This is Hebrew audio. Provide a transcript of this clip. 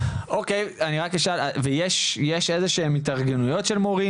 אני רק אשאל, ויש איזה שהן התארגנויות של מורים?